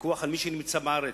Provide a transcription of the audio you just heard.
פיקוח על מי שנמצא בארץ,